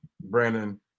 brandon